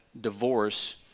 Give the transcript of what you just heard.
divorce